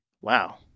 Wow